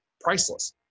priceless